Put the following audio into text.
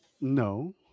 No